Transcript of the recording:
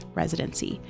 residency